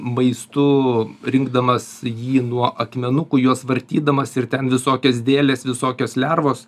maistu rinkdamas jį nuo akmenukų juos vartydamas ir ten visokias dėles visokios lervos